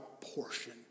portion